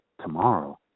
tomorrow